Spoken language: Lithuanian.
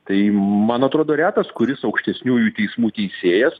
tai man atrodo retas kuris aukštesniųjų teismų teisėjas